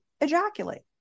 ejaculate